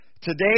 Today